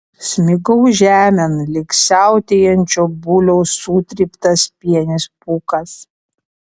smigau žemėn lyg siautėjančio buliaus sutryptas pienės pūkas